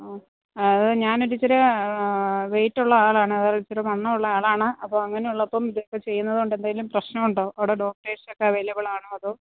ഓ അത് ഞാൻ ഒരു ഇത്തിരി വെയിറ്റ് ഉള്ള ആളാണ് അത് ഇത്തിരി വണ്ണം ഉള്ള ആളാണ് അപ്പം അങ്ങനെ ഉള്ളപ്പം ഇതൊക്കെ ചെയ്യുന്നതുകൊണ്ട് എന്തെങ്കിലും പ്രശ്നമുണ്ടോ അവിടെ ഡോക്ടേഴ്സ് ഒക്കെ അവൈലബിൾ ആണോ അതോ